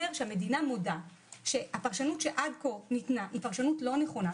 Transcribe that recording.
שהמדינה מודה שהפרשנות שניתנה עד כה היא פרשנות לא נכונה,